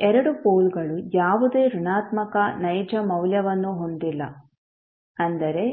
ಈ ಎರಡು ಪೋಲ್ಗಳು ಯಾವುದೇ ಋಣಾತ್ಮಕ ನೈಜ ಮೌಲ್ಯವನ್ನು ಹೊಂದಿಲ್ಲ ಅಂದರೆ